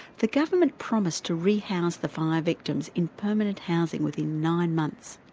the government promised to re-house the fire victims in permanent housing within nine months,